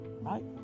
right